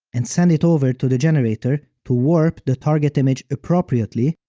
and send it over to the generator to warp the target image appropriately,